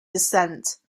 descent